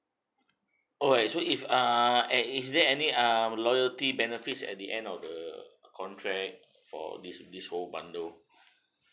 oh so if ah eh is there any um loyalty benefits at the end of the contract for this this whole bundle